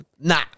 Nah